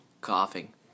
Coughing